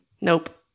Nope